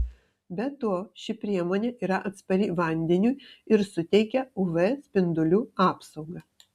be to ši priemonė yra atspari vandeniui ir suteikia uv spindulių apsaugą